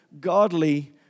godly